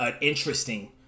interesting